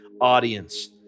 audience